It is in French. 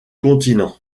continent